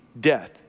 death